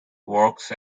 works